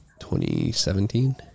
2017